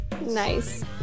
nice